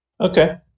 Okay